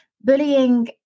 Bullying